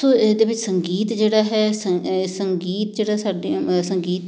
ਸੋ ਇਹਦੇ ਵਿੱਚ ਸੰਗੀਤ ਜਿਹੜਾ ਹੈ ਸੰ ਸੰਗੀਤ ਜਿਹੜਾ ਸਾਡੇ ਸੰਗੀਤ